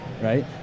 right